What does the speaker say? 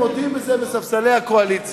הנה, הם מודים בזה מספסלי הקואליציה.